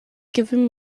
giving